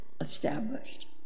established